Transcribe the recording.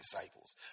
disciples